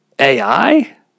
AI